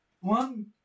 One